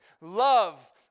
love